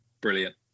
brilliant